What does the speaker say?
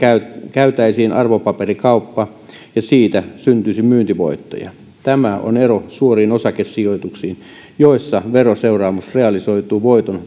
käytäisiin arvopaperikauppaa ja siitä syntyisi myyntivoittoja tämä on ero suoriin osakesijoituksiin joissa veroseuraamus realisoituu voiton